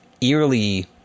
eerily